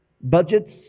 budgets